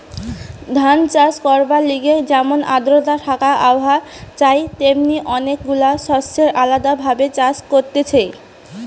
ধান চাষ করবার লিগে যেমন আদ্রতা থাকা আবহাওয়া চাই তেমনি অনেক গুলা শস্যের আলদা ভাবে চাষ হতিছে